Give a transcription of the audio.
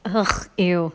!eww!